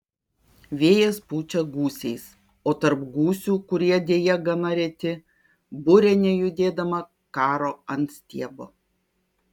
vėjas pučia gūsiais o tarp gūsių kurie deja gana reti burė nejudėdama karo ant stiebo